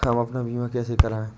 हम अपना बीमा कैसे कराए?